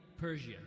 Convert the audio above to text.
Persia